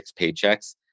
paychecks